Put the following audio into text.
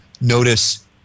notice